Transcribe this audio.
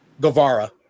Guevara